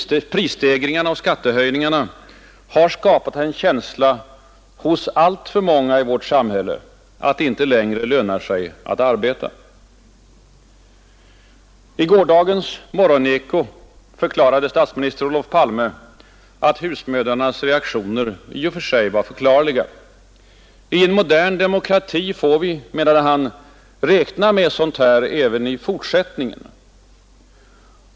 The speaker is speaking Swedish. Prisstegringarna och skattehöjningarna har skapat en känsla hos alltför många i vårt samhälle att det inte längre lönar sig att arbeta. I gårdagens morgoneko förklarade statsminister Olof Palme att husmödrarnas reaktioner var i och för sig förklarliga. I en modern demokrati får vi — menade han — räkna med sådant även i fortsättningen.